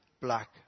black